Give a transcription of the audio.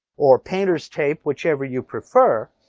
or painters tape, whichever you prefer.